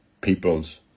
People's